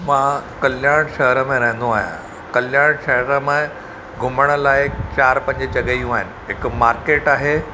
मां कल्याण शहर में रहंदो आहियां कल्याण शहर में घुमण लाइ चारि पंज जॻहियूं आहिनि हिकु मार्केट आहे